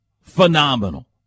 phenomenal